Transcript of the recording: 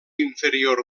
inferior